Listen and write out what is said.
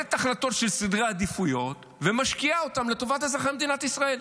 מקבלת החלטות של סדרי עדיפויות ומשקיעה אותם לטובת אזרחי מדינת ישראל,